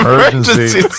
Emergency